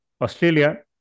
Australia